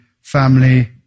family